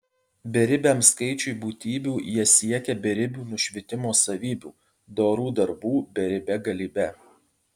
beribiam skaičiui būtybių jie siekia beribių nušvitimo savybių dorų darbų beribe galybe